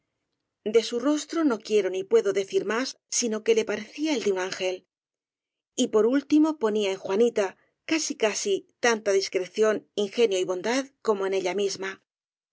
de su rostro no quiero ni puedo decir más sino que le parecía el de un ángel y por último ponía en juanita casi casi tanta discreción ingenio y bondad como en ella misma